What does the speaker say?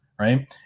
right